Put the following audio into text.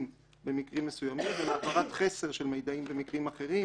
במקרים מסוימים ולהעברת חסר של מידעים במקרים אחרים,